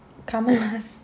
Komala's